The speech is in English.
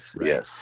Yes